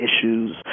issues